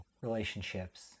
relationships